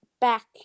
back